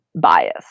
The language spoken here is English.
bias